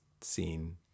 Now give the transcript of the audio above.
scene